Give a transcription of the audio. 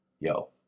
Yo